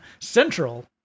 Central